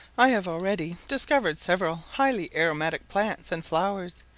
i have already discovered several highly aromatic plants and flowers.